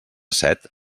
set